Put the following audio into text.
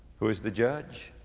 who is the judge?